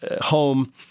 home